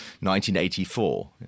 1984